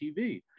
TV